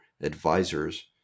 advisors